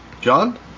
John